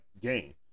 game